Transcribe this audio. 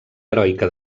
heroica